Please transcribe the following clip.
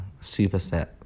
superset